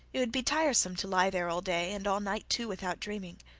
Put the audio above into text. it would be tiresome to lie there all day and all night too without dreaming.